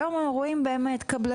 והיום הם רואים קבלנים,